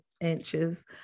inches